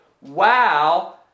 Wow